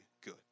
good